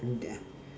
only that ah